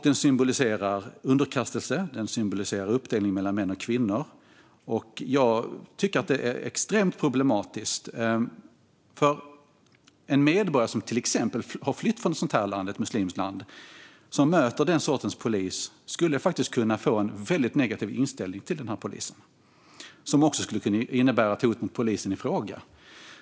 Den symboliserar underkastelse och uppdelning mellan män och kvinnor, och detta tycker jag är extremt problematiskt. En medborgare som till exempel har flytt från ett muslimskt land och möter den sortens polis skulle faktiskt kunna få en väldigt negativ inställning till den polisen, vilket också skulle kunna innebära ett hot mot polisen i fråga.